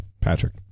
Patrick